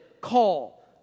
call